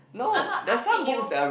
I am not asking you